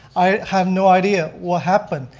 i have no idea what happened.